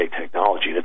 technology